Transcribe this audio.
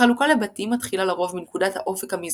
החלוקה לבתים מתחילה לרוב מנקודת האופק המזרחי.